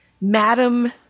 Madam